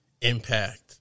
impact